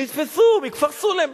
נתפסו, מכפר-סולם.